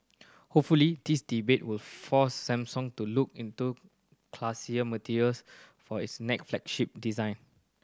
hopefully this debate will force Samsung to look into classier materials for its next flagship design